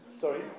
Sorry